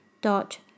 dot